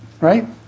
Right